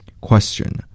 Question